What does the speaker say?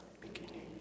beginning